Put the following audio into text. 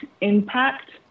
impact